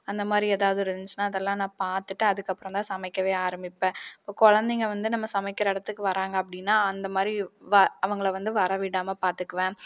அந்தமாதிரி எதாவது இருந்துச்சுனால் அதெல்லாம் நான் பார்த்துட்டு அதுக்கப்புறம்தான் சமைக்கவே ஆரம்பிப்பேன் இப்போக் குழந்தைங்க வந்து நம்ம சமைக்கிற இடத்துல வர்றாங்க அப்படினா அந்தமாதிரி வா அவங்கள வந்து வரவிடாமல் பார்த்துக்குவேன்